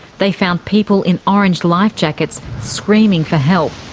they found people in orange lifejackets screaming for help,